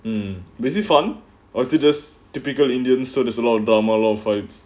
I'm busy fan hostages typical indian so there's a lot of drama and all fights